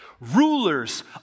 Rulers